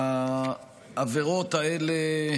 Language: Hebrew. העבירות האלה,